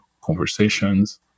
conversations